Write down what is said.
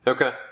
Okay